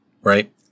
right